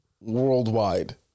worldwide